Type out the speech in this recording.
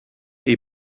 est